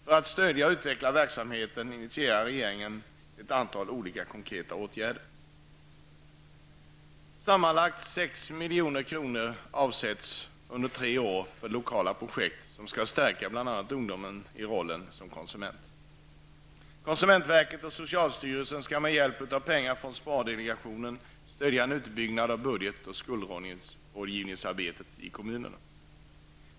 För att stödja och utveckla verksamheten initierar regeringen ett antal konkreta åtgärer: -- Sammanlagt 6 milj.kr. avsätts under tre år för lokala projekt, som skall stärka ungdomarna i rollen såsom konsumenter. -- Konsumentverket och socialstyrelsen skall med hjälp av pengar från spardelegationen stödja en utbyggnad av budget och skuldrådgivningen i kommunerna.